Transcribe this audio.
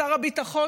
שר הביטחון,